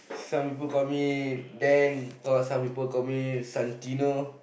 some people call me Dan call some people call me Santino